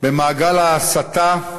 במעגל ההסתה,